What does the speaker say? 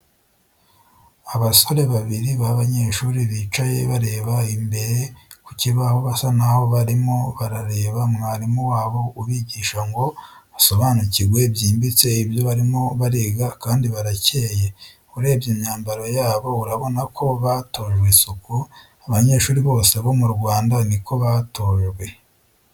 Abasore babiri babanyeshuri bicaye bareba imbere ku kibaho basa naho barimo barareba mwarimu wabo ubigisha ngo basobanukirwe byimbitse ibyo barimo bariga kandi barakeye, urebye imyambaro yabo urabona ko batojwe isuku, abanyeshuri bose bo mu Rwanda niko batojwe.